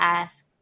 ask